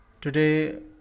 Today